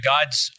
God's